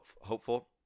hopeful